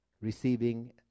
receiving